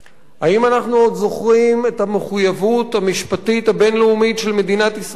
האם אנחנו עוד זוכרים את המחויבות המשפטית הבין-לאומית של מדינת ישראל,